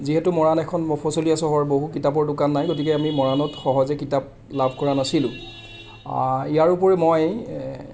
যিহেতু মৰাণ এখন মফচলীয়া চহৰ বহু কিতাপৰ দোকান নাই গতিকে আমি মৰাণত সহজে কিতাপ লাভ কৰা নাছিলোঁ ইয়াৰ ওপৰিও মই